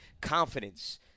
confidence